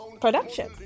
production